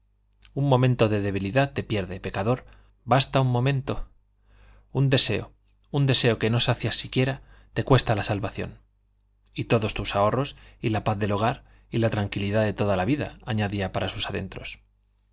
un momento de debilidad te pierde pecador basta un momento un deseo un deseo que no sacias siquiera te cuesta la salvación y todos tus ahorros y la paz del hogar y la tranquilidad de toda la vida añadía para sus adentros